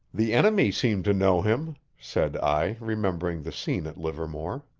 the enemy seem to know him, said i, remembering the scene at livermore.